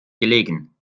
gelegen